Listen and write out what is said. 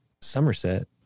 somerset